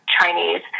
Chinese